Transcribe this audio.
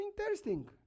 interesting